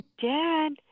Dad